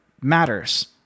matters